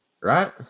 Right